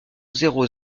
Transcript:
zéro